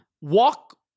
Walk